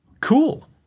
cool